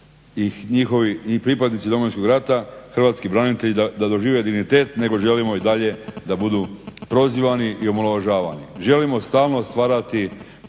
bude i pripadnici Domovinskog rata i hrvatski branitelji da dožive dignitet nego želimo i dalje da budu prozivani i omalovažavani. Želimo stvarno stvarati klimu